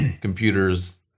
computers